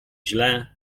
źle